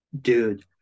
Dude